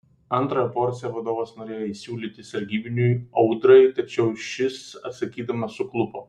antrąją porciją vadovas norėjo įsiūlyti sargybiniui audrai tačiau šis atsakydamas suklupo